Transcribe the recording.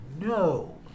no